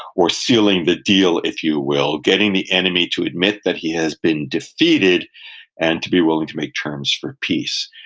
or sealing the deal, if you will, getting the enemy to admit that he has been defeated and to be willing to make terms for peace.